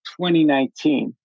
2019